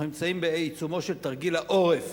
אנחנו נמצאים בעיצומו של תרגיל העורף,